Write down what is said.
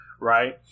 right